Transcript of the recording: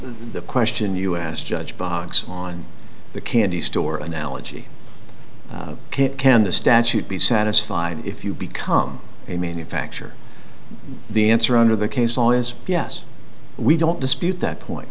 the question you asked judge box on the candy store analogy can the statute be satisfied if you become a manufacture the answer under the case law is yes we don't dispute that point